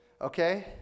okay